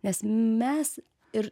nes mes ir